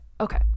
Okay